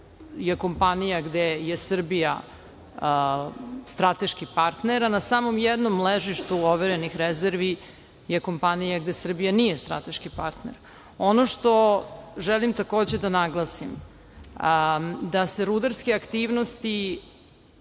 je kompanija gde je Srbija strateški partner, a na samo jednom ležištu overenih rezervi je kompanija gde Srbija nije strateški partner. Ono što želim takođe da naglasim da se rudarske aktivnosti,